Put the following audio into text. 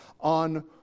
on